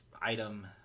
item